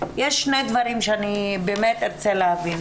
יש שני דברים שאני ארצה להבין.